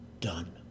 done